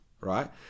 right